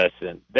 listen